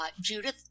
Judith